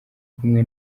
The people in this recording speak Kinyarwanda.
kumwe